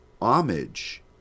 homage